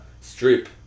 Strip